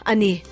Ani